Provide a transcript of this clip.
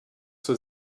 zur